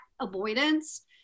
avoidance